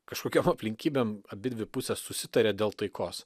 kažkokiom aplinkybėm abidvi pusės susitaria dėl taikos